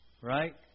right